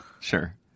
Sure